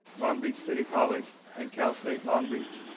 long beach city college and cal state long beach.